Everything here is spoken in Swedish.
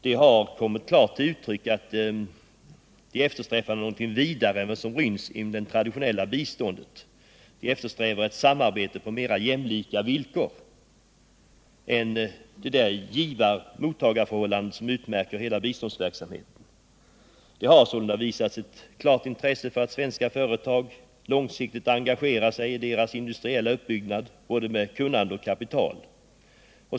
Det har därvid klart kommit till uttryck att de eftersträvar någonting vidare än vad som ryms inom det traditionella biståndet, nämligen ett samarbete på mer jämlika villkor än det givare-mottagareförhållande som utmärker biståndsverksamheten. De har sålunda visat ett klart intresse för att svenska företag engagerar sig i deras industriella uppbyggnad både med kunnande och kapital.